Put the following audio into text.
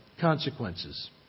consequences